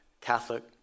Catholic